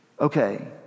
okay